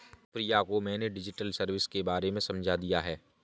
अनुप्रिया को मैंने digital service के बारे में समझा दिया है